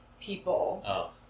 people